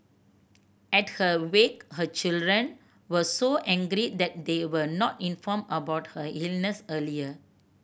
at her wake her children were so angry that they were not informed about her illness earlier